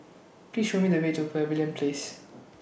Please Show Me The Way to Pavilion Place